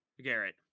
Garrett